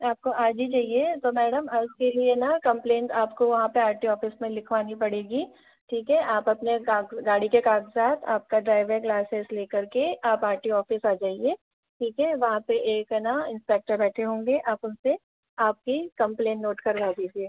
आपको आज ही चाहिए तो मेडम उसके लिए ना कम्प्लेन आपको वहाँ पर आर टी ओ ऑफिस में लिखवानी पड़ेगी ठीक है आप अपने काग गाड़ी के कागजात आपका ड्राइविंग लाइसेंस लेकर के आप आर टी ओ ऑफिस आ जाएं ठीक है वहाँ पर एक है ना इंस्पेक्टर बैठे होंगे आप उनसे आपकी कम्प्लेन नोट करवा दीजिए